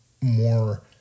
more